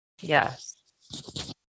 Yes